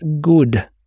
good